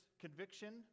conviction